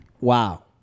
Wow